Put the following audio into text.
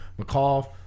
McCall